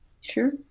Sure